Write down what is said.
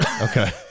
Okay